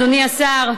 אדוני השר,